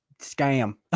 Scam